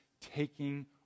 taking